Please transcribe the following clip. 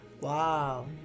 Wow